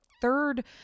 Third